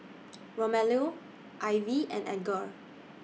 Romello Ivie and Edgar